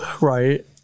Right